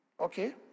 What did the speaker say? okay